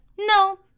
no